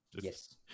yes